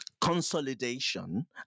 consolidation